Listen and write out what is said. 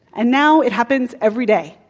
and now it happens every day.